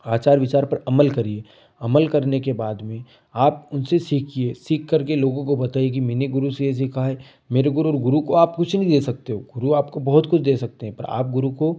आचार विचार पर अमल करिए अमल करने के बाद में आप उनसे सीखिए सीखकर के लोगों को बताइए कि मैंने गुरू से ये सीखा है मेरे गुरू और गुरू को आप कुछ नहीं दे सकते हो गुरू आपको बहुत कुछ दे सकते हैं पर आप गुरू को